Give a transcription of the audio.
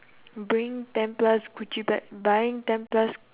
bragging ten plus gucci bag buying ten plus